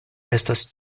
estas